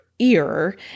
ear